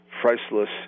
priceless